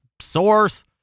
Source